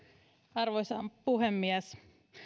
arvoisa puhemies